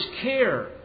care